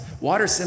Water